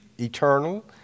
eternal